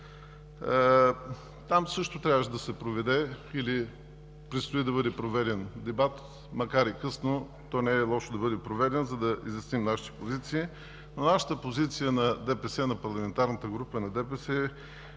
Там също трябваше да се проведе или предстои да бъде проведен дебат, макар и късно. Не е лошо да бъде проведен, за да изясним нашите позиции. Позицията на ДПС, на парламентарната група на ДПС